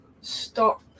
stop